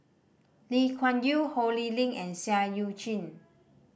Lee Kuan Yew Ho Lee Ling and Seah Eu Chin